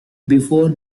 before